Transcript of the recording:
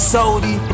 Saudi